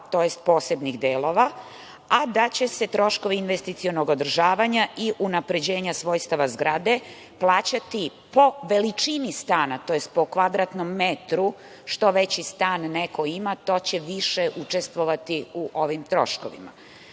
tj. posebnih delova, a da će se troškovi investicionog održavanja i unapređenja svojstava zgrade, plaćati po veličini stana, tj. po kvadratnom metru. Što veći stan neko ima, to će više učestvovati u ovim troškovima.